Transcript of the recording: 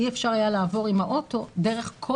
אי-אפשר היה לעבור עם האוטו דרך כל